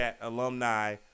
alumni